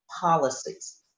policies